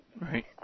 Right